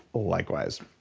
likewise.